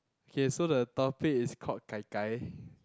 okay so the topic is called Gai-Gai